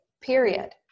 period